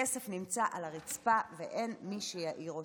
הכסף נמצא על הרצפה, ואין מי שירים אותו.